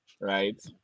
right